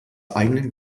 eigenen